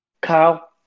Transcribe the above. Kyle